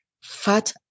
fat